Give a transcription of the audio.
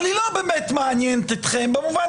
אבל היא לא באמת מעניינת אתכם במובן